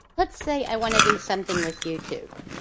let's say i want to do something with youtube.